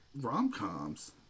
rom-coms